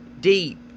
deep